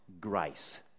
grace